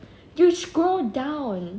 you scroll down